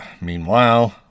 meanwhile